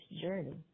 journey